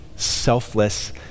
selfless